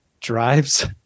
drives